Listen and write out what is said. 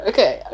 Okay